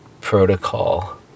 protocol